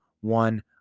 one